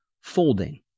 folding